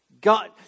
God